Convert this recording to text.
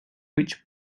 which